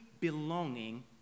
belonging